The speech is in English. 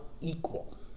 equal